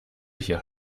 hier